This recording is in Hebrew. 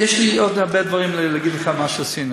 יש לי עוד הרבה דברים להגיד לך על מה שעשינו.